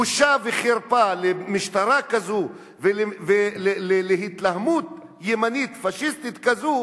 בושה וחרפה למשטרה כזו ולהתלהמות ימנית פאשיסטית כזו,